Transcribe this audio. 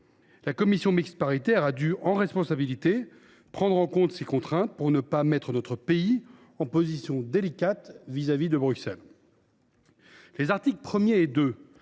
La commission mixte paritaire a dû, en responsabilité, prendre en compte ces contraintes pour éviter de placer notre pays dans une position délicate à l’égard de Bruxelles. Les articles 1 et 2,